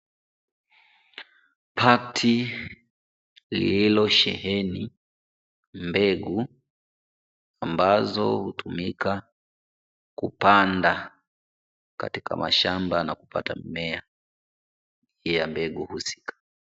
Pakti lililosheheni mbegu ambazo hutumika kupanda katika mashamba, na kupata mimea ya mbegu husika.